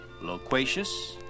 loquacious